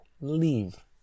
Leave